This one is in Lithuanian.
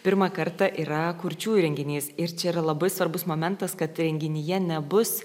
pirmą kartą yra kurčiųjų renginys ir čia yra labai svarbus momentas kad renginyje nebus